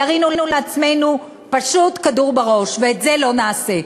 ירינו לעצמנו פשוט כדור בראש, ואת זה לא נעשה.